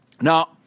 Now